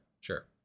Sure